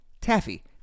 Taffy